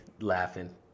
laughing